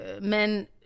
men